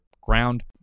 ground